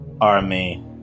army